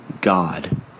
God